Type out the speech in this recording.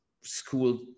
school